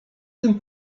tym